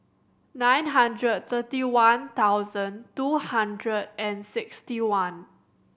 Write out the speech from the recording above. nine hundred thirty one thousand two hundred and sixty one